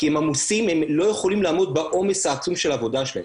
כי הם עמוסים והם לא יכולים לעמוד בעומס העצום של העבודה שלהם.